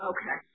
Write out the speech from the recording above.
Okay